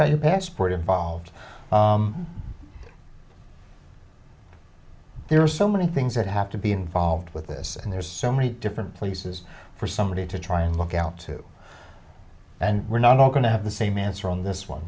to passport evolved there are so many things that have to be involved with this and there's so many different places for somebody to try and look out to and we're not all going to have the same answer on this one